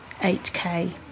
8K